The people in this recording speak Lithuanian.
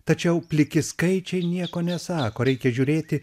tačiau pliki skaičiai nieko nesako reikia žiūrėti